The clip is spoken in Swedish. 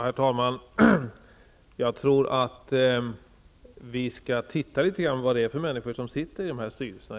Herr talman! Jag tror att vi skall titta litet grand på vilka personer det är som sitter i dessa styrelser.